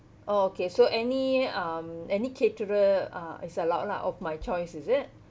oh okay so any um any caterer uh is allowed lah of my choice is it